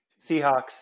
Seahawks